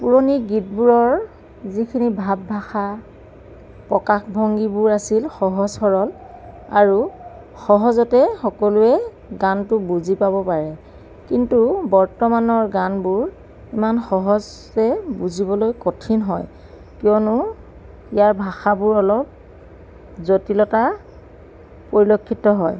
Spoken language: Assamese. পুৰণি গীতবোৰৰ যিখিনি ভাব ভাষা প্ৰকাশভংগীবোৰ আছিল সহজ সৰল আৰু সহজতে সকলোৱে গানটো বুজি পাব পাৰে কিন্তু বৰ্তমানৰ গানবোৰ ইমান সহজে বুজিবলৈ কঠিন হয় কিয়নো ইয়াৰ ভাষাবোৰ অলপ জটিলতা পৰিলক্ষিত হয়